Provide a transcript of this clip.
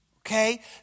Okay